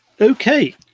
okay